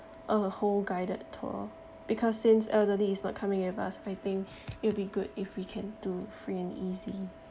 a whole guided tour because since elderly is not coming with us I think it'll be good if we can do free and easy